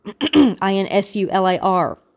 I-N-S-U-L-A-R